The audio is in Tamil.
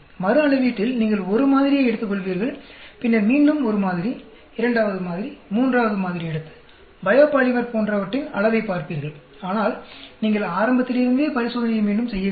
மறுஅளவீட்டில் நீங்கள் ஒரு மாதிரியை எடுத்துக்கொள்கிறீர்கள் பின்னர் மீண்டும் ஒரு மாதிரி இரண்டாவது மாதிரி மூன்றாவது மாதிரி எடுத்து பயோபாலிமர் போன்றவற்றின் அளவைப் பார்ப்பீர்கள் ஆனால் நீங்கள் ஆரம்பத்தில் இருந்தே பரிசோதனையை மீண்டும் செய்யவில்லை